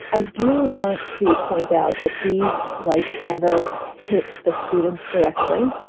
i do want to point out that these lights never hit the students directly.